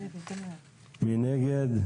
מי נגד?